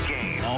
Game